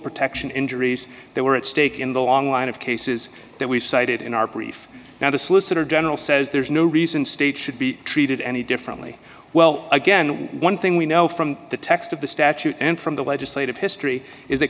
protection injuries that were at stake in the long line of cases that we've cited in our brief now the solicitor general says there's no reason states should be treated any differently well again one thing we know from the text of the statute and from the legislative history is